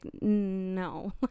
no